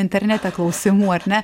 internete klausimų ar ne